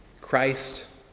Christ